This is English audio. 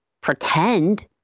pretend